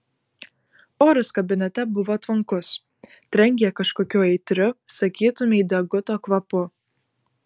oras kabinete buvo tvankus trenkė kažkokiu aitriu sakytumei deguto kvapu